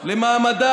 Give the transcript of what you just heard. תתבייש, תתבייש.